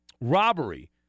robbery